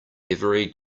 every